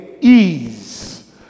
Ease